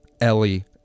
Ellie